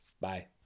Bye